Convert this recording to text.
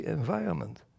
environment